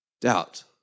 doubt